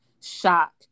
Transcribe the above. shock